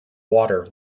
water